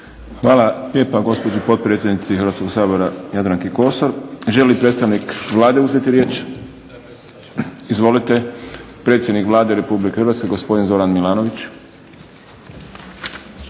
Hvala lijepa gospođi potpredsjednici Hrvatskog sabora Jadranki Kosor. Želi li predstavnik Vlade uzeti riječ? Izvolite, predsjednik Vlade Republike Hrvatske gospodin Zoran Milanović.